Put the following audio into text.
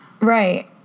Right